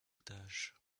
tâche